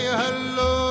hello